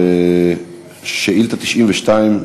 שאילתה 92,